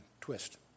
twist